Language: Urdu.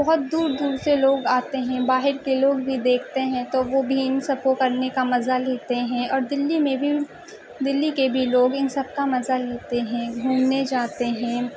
بہت دور دور سے لوگ آتے ہیں باہر کے لوگ بھی دیکھتے ہیں تو وہ بھی ان سب کو کرنے کا مزہ لیتے ہیں اور دلّی میں بھی دلّی کے بھی لوگ ان سب کا مزہ لیتے ہیں گھومنے جاتے ہیں